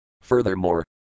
Furthermore